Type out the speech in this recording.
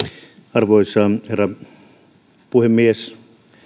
arvoisa herra puhemies